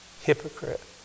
hypocrite